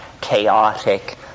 chaotic